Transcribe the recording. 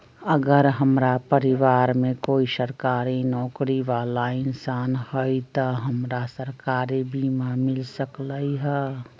अगर हमरा परिवार में कोई सरकारी नौकरी बाला इंसान हई त हमरा सरकारी बीमा मिल सकलई ह?